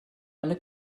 eine